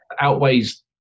outweighs